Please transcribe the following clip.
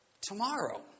Tomorrow